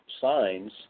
signs